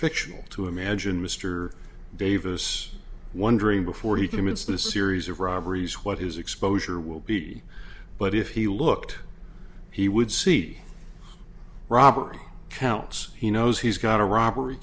fictional to imagine mr davis wondering before he commits the series of robberies what his exposure will be but if he looked he would see robbery counts he knows he's got a robbery